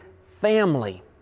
family